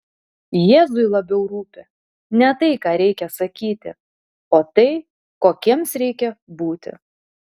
jėzui labiau rūpi ne tai ką reikia sakyti o tai kokiems reikia būti